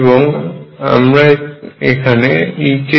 এবং আমরা এখানে E কে